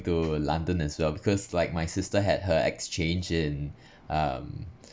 to london as well because like my sister had her exchange in um